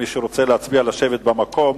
מי שרוצה להצביע, לשבת במקום.